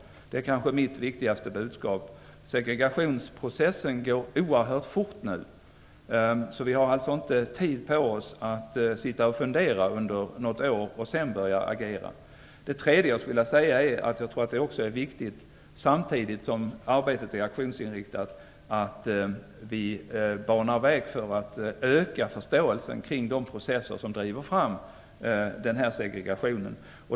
Det är mitt viktigaste budskap. Segregationsprocessen går oerhört fort. Vi har inte tid att sitta och fundera under något år för att sedan agera. Vidare är det också viktigt att samtidigt som arbetet är aktionsinriktat att vi banar väg för att öka förståelsen kring de processer som driver fram segregationen.